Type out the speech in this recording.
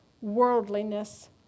worldliness